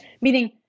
meaning